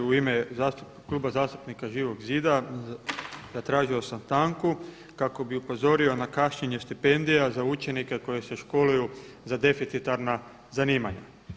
U ime Kluba zastupnika Živog zida zatražio sam stanku kako bih upozorio na kašnjenje stipendija za učenike koji se školuju za deficitarna zanimanja.